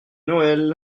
noël